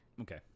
Okay